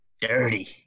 dirty